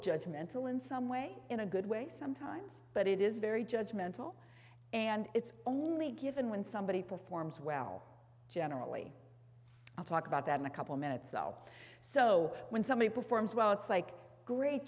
judge mental in some way in a good way sometimes but it is very judge mental and it's only given when somebody performs well generally i'll talk about that in a couple minutes though so when somebody performs well it's like great